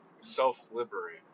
self-liberate